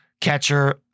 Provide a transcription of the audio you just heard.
catcher